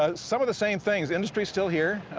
ah some of the same things. industry's still here.